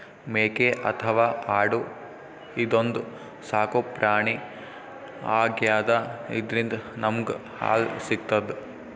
ಮೇಕೆ ಅಥವಾ ಆಡು ಇದೊಂದ್ ಸಾಕುಪ್ರಾಣಿ ಆಗ್ಯಾದ ಇದ್ರಿಂದ್ ನಮ್ಗ್ ಹಾಲ್ ಸಿಗ್ತದ್